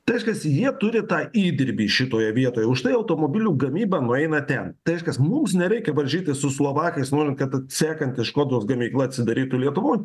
tai reiškias jie turi tą įdirbį šitoje vietoje už tai automobilių gamyba nueina ten tai reiškias mums nereikia varžytis su slovakais norint kad sekanti škodos gamykla atsidarytų lietuvoj